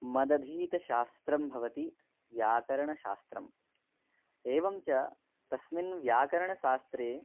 मदधीतं शास्त्रं भवति व्याकरणशास्त्रम् एवं च तस्मिन् व्याकरणशास्त्रे